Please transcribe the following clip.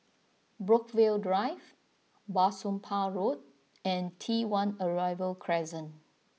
Brookvale Drive Bah Soon Pah Road and T One Arrival Crescent